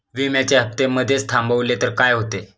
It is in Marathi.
विम्याचे हफ्ते मधेच थांबवले तर काय होते?